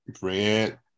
bread